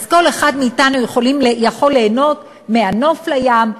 אז כל אחד מאתנו יכול ליהנות מהנוף לים,